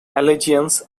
allegiance